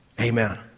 Amen